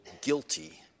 guilty